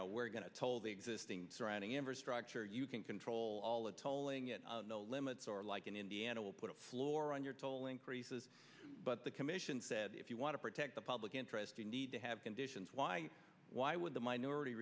agreements we're going to toll the existing surrounding infrastructure you can control all the tolling it no limits or like in indiana will put a floor on your toll increases but the commission said if you want to protect the public interest you need to have conditions why why would the minority